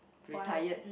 retired